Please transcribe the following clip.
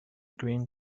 green